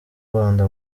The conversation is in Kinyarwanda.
rwanda